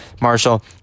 Marshall